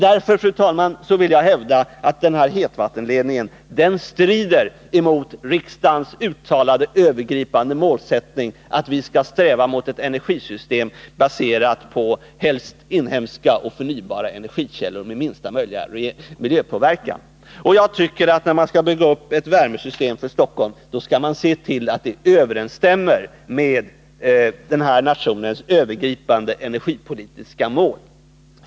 Därför, fru talman, vill jag hävda att hetvattenledningen strider mot riksdagens uttalade övergripande målsättning att vi skall sträva mot ett energisystem, baserat på helst inhemska och förnybara energikällor med minsta möjliga miljöpåverkan. Och när man skall bygga upp ett värmesystem för Stockholm, tycker jag att man skall se till att det överensstämmer med nationens övergripande energipolitiska mål.